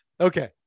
okay